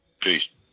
Peace